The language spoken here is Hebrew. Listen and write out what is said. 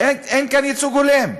אין כאן ייצוג הולם.